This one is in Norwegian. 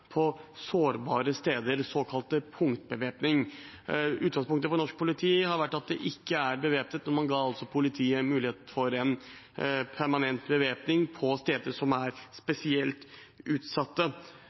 på sårbare steder, såkalt punktbevæpning. Utgangspunktet for norsk politi har vært at det ikke er bevæpnet, men man ga altså politiet mulighet til permanent bevæpning på steder som er